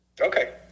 Okay